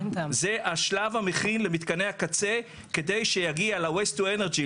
זה השלב המכין למתקני הקצה כדי שיגיע ל-Waste-to-energy.